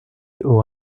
auraient